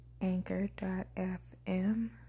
Anchor.fm